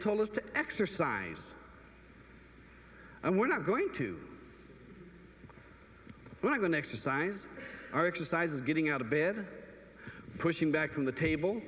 told us to exercise and we're not going to like the next assize our exercises getting out of bed pushing back from the table